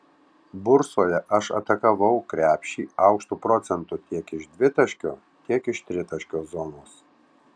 bursoje aš atakavau krepšį aukštu procentu tiek iš dvitaškio tiek iš tritaškio zonos